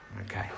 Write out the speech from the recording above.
Okay